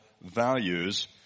values